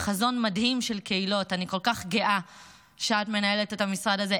עם חזון מדהים של קהילות אני כל כך גאה שאת מנהלת את המשרד הזה,